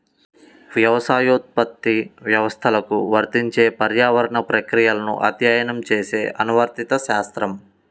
వ్యవసాయోత్పత్తి వ్యవస్థలకు వర్తించే పర్యావరణ ప్రక్రియలను అధ్యయనం చేసే అనువర్తిత శాస్త్రం